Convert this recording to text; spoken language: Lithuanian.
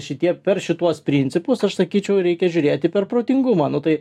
šitie per šituos principus aš sakyčiau reikia žiūrėti per protingumą nu tai